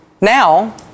now